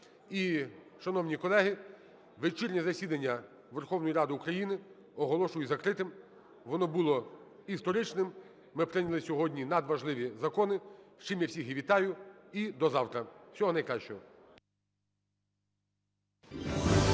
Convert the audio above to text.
І, шановні колеги, вечірнє засідання Верховної Ради України оголошую закритим. Воно було історичним, ми прийняли сьогодні надважливі закони, з чим я всіх і вітаю. І до завтра. Всього найкращого.